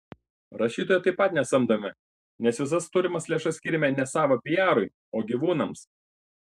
rašytojo taip pat nesamdome nes visas turimas lėšas skiriame ne savo piarui o gyvūnams